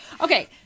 Okay